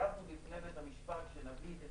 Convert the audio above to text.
התחייבנו בפני בית המשפט שנביא את